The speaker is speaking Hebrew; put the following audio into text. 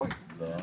הישיבה נעולה.